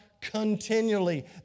continually